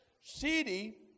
city